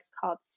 called